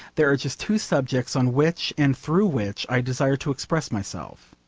there are just two subjects on which and through which i desire to express myself